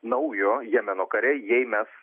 naujo jemeno kare jei mes